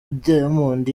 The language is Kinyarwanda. diamond